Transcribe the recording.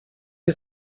nie